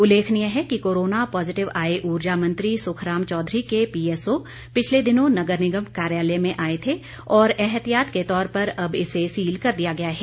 उल्लेखनीय है कि कोरोना पॉजिटिव आए ऊर्जा मंत्री सुखराम चौधरी के पीएसओ पिछले दिनों नगर निगम कार्यालय में आए थे और एहतियात के तौर पर अब इसे सील कर दिया गया है